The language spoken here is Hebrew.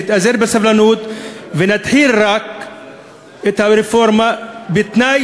נתאזר בסבלנות ונתחיל את הרפורמה בתנאי